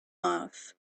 off